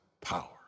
power